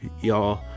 y'all